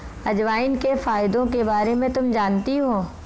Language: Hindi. अजवाइन के फायदों के बारे में तुम जानती हो?